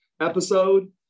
episode